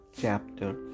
chapter